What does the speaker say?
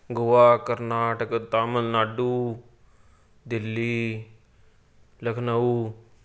Goa Karnataka Tamil Nadu Delhi Lucknow